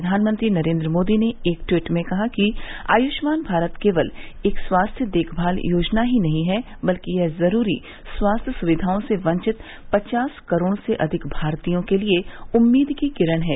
प्रधानमंत्री नरेन्द्र मोदी ने एक ट्वीट में कहा है कि आयुष्मान भारत केवल एक स्वास्थ्य देखभाल योजना ही नहीं है बल्कि यह जरूरी स्वास्थ्य सुविधाओं से वंचित पचास करोड़ से अधिक भारतीयों के लिए उम्मीद की किरण है